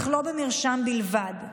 אך לא במרשם בלבד.